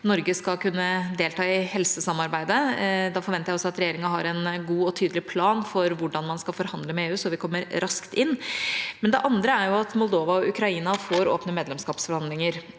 Norge skal kunne delta i helsesamarbeidet. Da forventer jeg også at regjeringa har en god og tydelig plan for hvordan man skal forhandle med EU, sånn at vi kommer raskt inn. Den andre saken er at Moldova og Ukraina får åpnet medlemskapsforhandlinger.